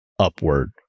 upward